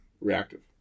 reactive